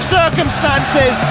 circumstances